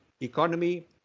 economy